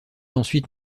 ensuite